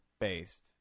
based